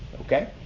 Okay